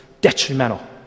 detrimental